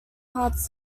parts